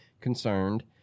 concerned